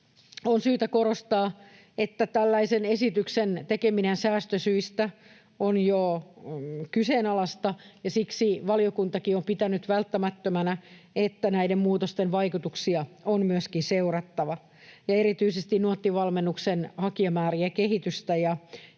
On syytä korostaa, että tällaisen esityksen tekeminen jo säästösyistä on kyseenalaista, ja siksi valiokuntakin on pitänyt välttämättömänä, että näiden muutosten vaikutuksia on myöskin seurattava. Erityisesti Nuotti-valmennuksen hakijamäärien kehitystä